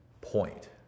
point